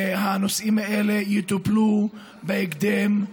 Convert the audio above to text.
הנושאים האלה יטופלו בהקדם.